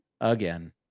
again